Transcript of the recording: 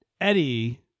Eddie